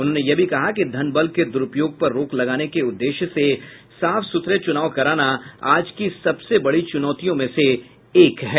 उन्होंने यह भी कहा कि धन बल के दुरूपयोग पर रोक लगाने के उद्देश्य से साफ सुथरे चुनाव कराना आज की सबसे बड़ी चुनौतियों में से एक है